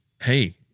hey